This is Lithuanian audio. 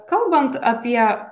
kalbant apie